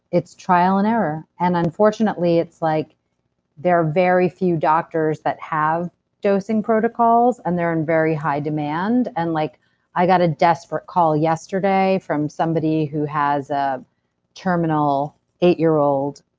it's trial and error. and unfortunately, it's like there are very few doctors that have dosing protocols, and they're in very high demand. and like i got a desperate call yesterday from somebody who has a terminal eight-year-old